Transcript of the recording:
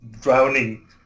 drowning